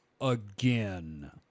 Again